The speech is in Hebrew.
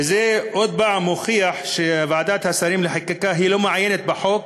וזה עוד פעם מוכיח שוועדת השרים לחקיקה לא מעיינת בחוק,